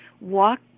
walk